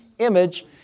Image